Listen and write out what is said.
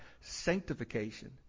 sanctification